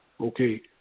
okay